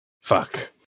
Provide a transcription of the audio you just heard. Fuck